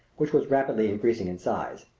which was rapidly increasing in size.